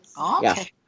okay